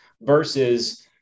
versus